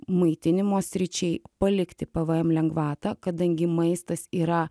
maitinimo sričiai palikti pvm lengvatą kadangi maistas yra